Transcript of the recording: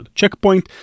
Checkpoint